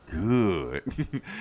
good